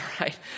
right